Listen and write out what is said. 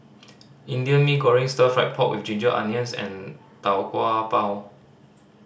Indian Mee Goreng Stir Fried Pork With Ginger Onions and Tau Kwa Pau